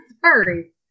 Sorry